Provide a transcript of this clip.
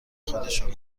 خودشان